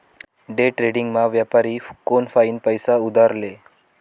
डेट्रेडिंगमा व्यापारी कोनफाईन पैसा उधार ले